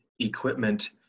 Equipment